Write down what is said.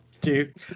dude